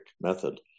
method